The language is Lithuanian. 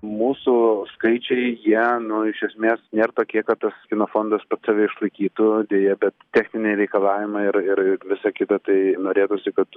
mūsų skaičiai jie nu iš esmės nėr tokie kad tas kino fondas pats save išlaikytų deja bet techniniai reikalavimai ir ir ir visa kita tai norėtųsi kad